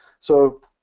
so